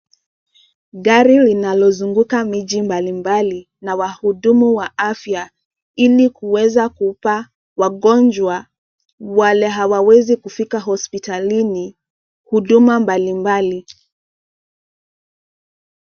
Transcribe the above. Gari linalozunguka miji mbalimbali na wahudumu wa afya ili kuweza kupa wagonjwa wale hawawezi kufika hospitalini huduma mbalimbali.